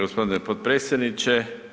g. potpredsjedniče.